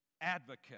advocate